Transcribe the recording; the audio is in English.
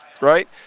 right